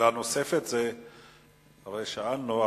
שאלה נוספת, הרי שאלנו.